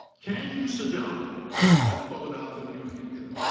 can you sit down and cobble out a new future?